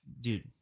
Dude